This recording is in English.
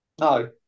No